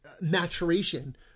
maturation